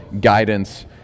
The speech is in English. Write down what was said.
guidance